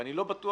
ואני לא בטוח,